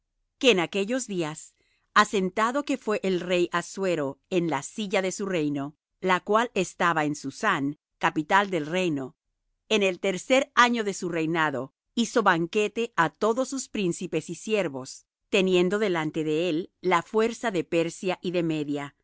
que en aquellos días asentado que fué el rey assuero en la silla de su reino la cual estaba en susán capital del reino en el tercer año de su reinado hizo banquete á todos sus príncipes y siervos teniendo delante de él la fuerza de persia y de media